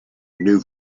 new